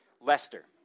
Lester